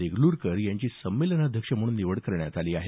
देगलूरकर यांची संमेलनाध्यक्ष म्हणून निवड करण्यात आली आहे